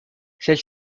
celle